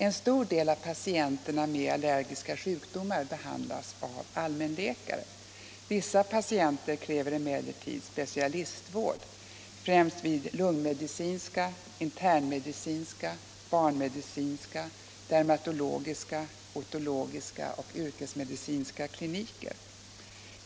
En stor del av patienterna med allergiska sjukdomar behandlas av allmänläkare. Vissa patienter kräver emellertid specialistvård, främst vid lungmedicinska, internmedicinska, barnmedicinska, dermatologiska, otologiska och yrkesmedicinska kliniker.